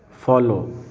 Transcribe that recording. follow